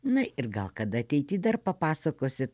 na ir gal kada ateity dar papasakosit